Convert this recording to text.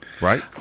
Right